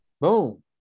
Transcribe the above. boom